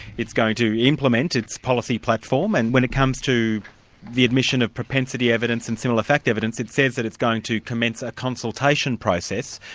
it's going to implement its policy platform, and when it comes to the admission of propensity evidence and similar fact evidence it says that it's going to commence a consultation process.